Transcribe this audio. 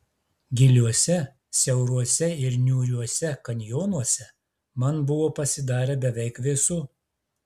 giliuose siauruose ir niūriuose kanjonuose man buvo pasidarę beveik vėsu